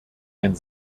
ein